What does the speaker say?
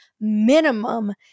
minimum